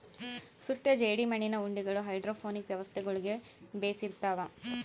ಸುಟ್ಟ ಜೇಡಿಮಣ್ಣಿನ ಉಂಡಿಗಳು ಹೈಡ್ರೋಪೋನಿಕ್ ವ್ಯವಸ್ಥೆಗುಳ್ಗೆ ಬೆಶಿರ್ತವ